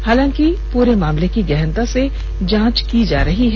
हालांकि पूरे मामले की गहनता से जांच की जा रही है